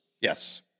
Yes